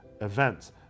events